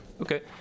Okay